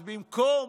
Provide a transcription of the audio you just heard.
אז במקום